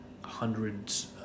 hundreds